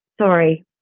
sorry